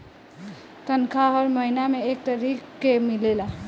तनखाह हर महीना में एक तारीख के मिलेला